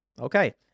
Okay